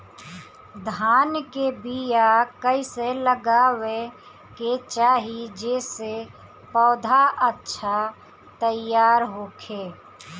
धान के बीया कइसे लगावे के चाही जेसे पौधा अच्छा तैयार होखे?